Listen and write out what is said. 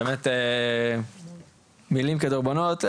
באמת מילים כדורבנות,